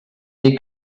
dir